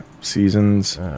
seasons